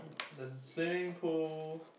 there's a swimming pool